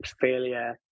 failure